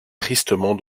tristement